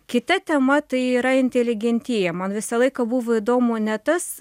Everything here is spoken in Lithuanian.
kita tema tai yra inteligentija man visą laiką buvo įdomu ne tas